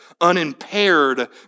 unimpaired